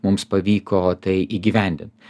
mums pavyko tai įgyvendint